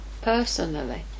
personally